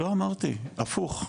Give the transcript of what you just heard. לא אמרתי, הפוך.